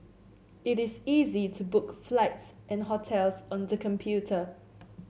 it is easy to book flights and hotels on the computer